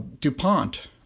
DuPont